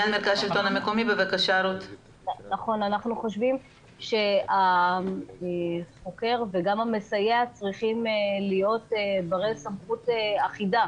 אנחנו חושבים שהחוקר וגם המסייע צריכים להיות ברי סמכות אחידה.